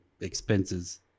expenses